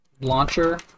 launcher